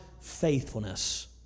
faithfulness